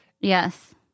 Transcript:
yes